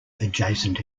adjacent